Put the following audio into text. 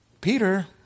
Peter